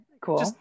cool